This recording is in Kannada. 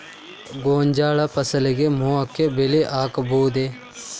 ಗೋಂಜಾಳ ಫಸಲಿಗೆ ಮೋಹಕ ಬಲೆ ಹಾಕಬಹುದೇ?